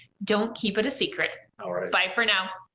don't keep it a secret. bye for now!